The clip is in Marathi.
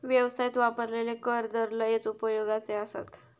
व्यवसायात वापरलेले कर दर लयच उपयोगाचे आसत